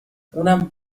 اونم